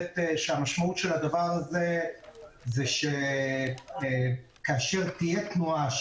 המשמעות של הדבר הזה היא שכאשר תהיה תנועה